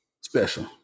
Special